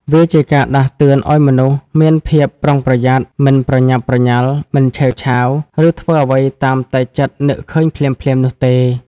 វាជាការដាស់តឿនឱ្យមនុស្សមានភាពប្រុងប្រយ័ត្ន មិនប្រញាប់ប្រញាល់ មិនឆេវឆាវ ឬធ្វើអ្វីតាមតែចិត្តនឹកឃើញភ្លាមៗនោះទេ។